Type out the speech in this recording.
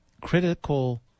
critical